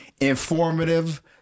informative